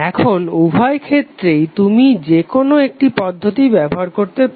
এখন উভয় ক্ষেত্রেই তুমি যেকোনো একটি পদ্ধতি ব্যবহার করতে পারো